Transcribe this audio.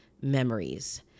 memories